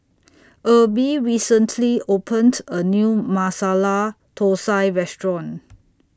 Erby recently opened A New Masala Thosai Restaurant